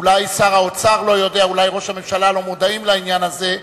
אולי שר האוצר לא יודע ואולי ראש הממשלה לא מודע לעניין הזה.